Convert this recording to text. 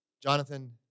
Jonathan